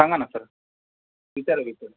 सांगा ना सर विचारा विचारा